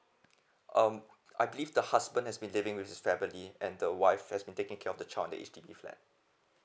um I believe the husband has been living with his family and the wife has been taking care of the child on the H_D_B flat